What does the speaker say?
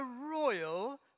royal